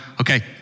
okay